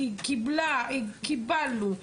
קיבלנו,